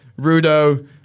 Rudo